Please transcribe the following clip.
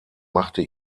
machte